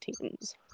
teams